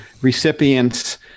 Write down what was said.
recipients